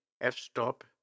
f-stop